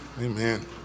amen